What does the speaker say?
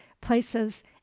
places